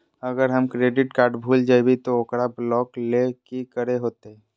अगर हमर credit card भूल जइबे तो ओकरा ब्लॉक लें कि करे होते?